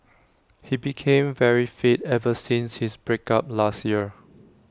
he became very fit ever since his break up last year